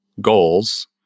goals